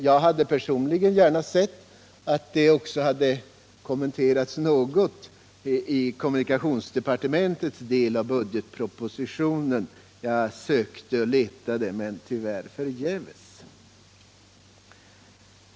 Jag hade personligen gärna sett att frågan även hade kommenterats i kommunikationsdepartementets del av budgetpropositionen. Jag sökte efter en sådan kommentar, men förgäves.